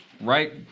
Right